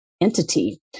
entity